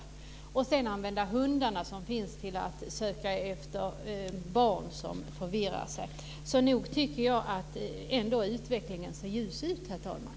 Sedan kan man använda de hundar som finns till att söka efter barn som har förirrat sig. Nog tycker jag att utvecklingen ser ljus ut, herr talman.